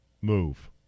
move